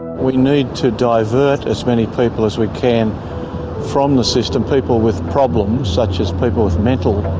we need to divert as many people as we can from the system, people with problems, such as people with mental